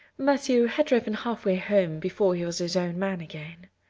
matthew had driven halfway home before he was his own man again.